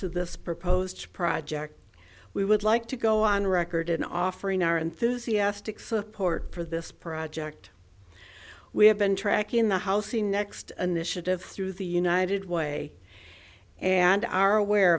to this proposed project we would like to go on record in offering our enthusiastic support for this project we have been tracking the house next initiative through the united way and are aware